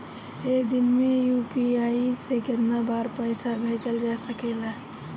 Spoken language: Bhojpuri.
एक दिन में यू.पी.आई से केतना बार पइसा भेजल जा सकेला?